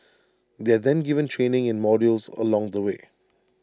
they are then given training in modules along the way